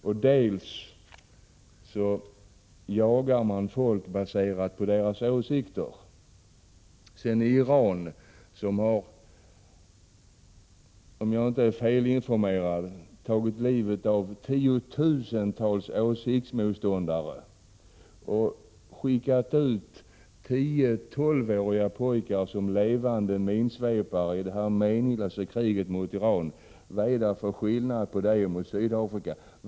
I Sovjetunionen jagas också folk för sina åsikter. I Iran har — om jag inte är felinformerad — tiotusentals meningsmotståndare förlorat livet. Man har skickat ut 10—12-åriga pojkar som levande minsvepare i det meningslösa kriget mot Irak. Vad är det för skillnad på det som sker i dessa länder och det som sker i Sydafrika?